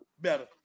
Better